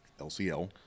LCL